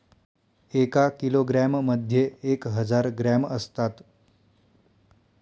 एका किलोग्रॅम मध्ये एक हजार ग्रॅम असतात